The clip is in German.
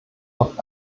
auf